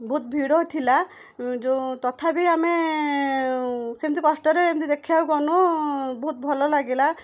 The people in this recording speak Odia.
ବହୁତ ଭିଡ଼ ଥିଲା ଯୋଉ ତଥାପି ଆମେ ସେମିତି କଷ୍ଟରେ ଏମିତି ଦେଖିବାକୁ ଗନୁ ବହୁତ ଭଲ ଲାଗିଲା